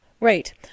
Right